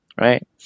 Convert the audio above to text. right